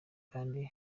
kandi